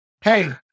Hey